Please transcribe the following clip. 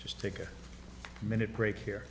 just take a minute break here